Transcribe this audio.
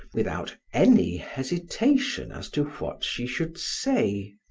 without any hesitation as to what she should say.